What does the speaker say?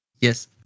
Yes